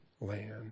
land